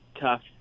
tough